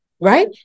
Right